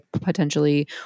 potentially